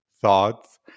thoughts